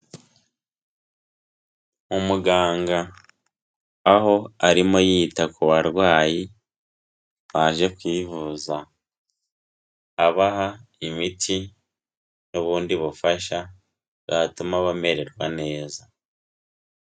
Umuganga aho arimo yita ku barwayi baje kwivuza, abaha imiti n'ubundi bufasha bwatuma bamererwa neza.